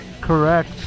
Correct